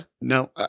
no